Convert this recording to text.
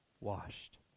washed